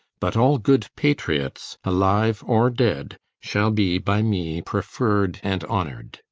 but all good patriots, alive or dead, shall be by me preferred and honored.